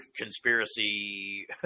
conspiracy